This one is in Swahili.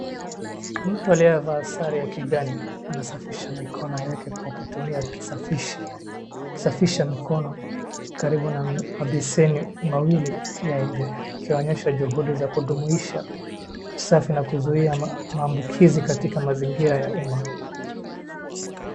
Mtu aliyevaa sare ya kijani anasafisha mikono yake kwa kutumia kisafishi kusafisha mkono karibu na mabasini mawili ya nje. Akionyesha juhudi za kudumuisha usafi na kuzuia maambukizi katika mazingira ya umma.